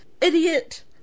idiot